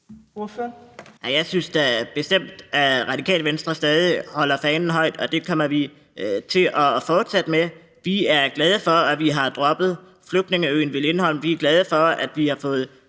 jeg synes da bestemt, at Radikale Venstre stadig holder fanen højt, og det kommer vi til at fortsætte med. Vi er glade for, at vi har droppet flygtningeøen Lindholm. Vi er glade for, at vi har fået